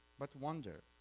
but wonder